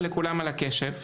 ולכולם על הקשב.